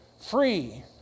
free